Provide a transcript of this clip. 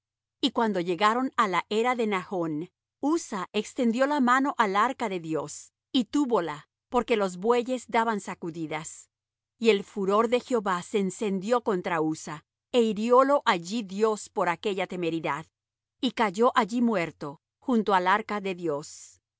y cuando llegaron á la era de nachn uzza extendió la mano al arca de dios y túvola porque los bueyes daban sacudidas y el furor de jehová se encendió contra uzza é hiriólo allí dios por aquella temeridad y cayó allí muerto junto al arca de dios